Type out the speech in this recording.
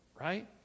right